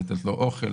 לתת לו אוכל,